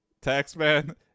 Tax-Man